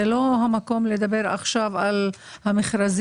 זה אמנם לא המקום לדבר עכשיו על המכרזים